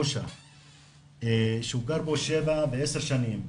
חושה שהוא גר בו שבע ועשר שנים.